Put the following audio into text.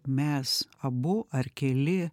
mes abu ar keli